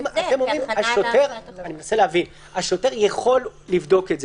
אם הנוהל שלכם, שהשוטר יבדוק את זה?